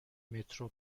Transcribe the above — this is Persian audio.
مترو